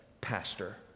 pastor